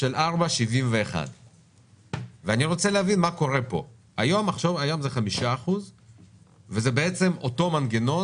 של 4.71. אם עכשיו זה יהיה 5% על אותו מנגנון,